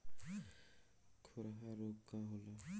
खुरहा रोग का होला?